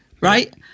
right